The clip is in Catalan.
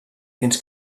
fins